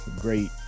great